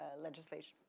legislation